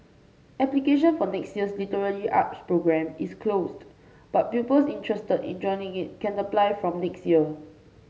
application for next year's literary arts programme is closed but pupils interested in joining it can apply from next year